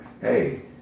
hey